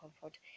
comfort